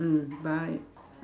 mm bye